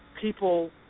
People